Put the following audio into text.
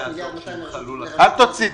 1.2 מיליארד שקל --- אל תוציא.